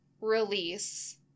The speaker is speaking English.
release